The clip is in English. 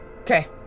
Okay